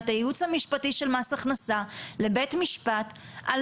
את הייעוץ המשפטי של מס הכנסה לבית משפט על